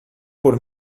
por